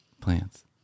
plants